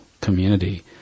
community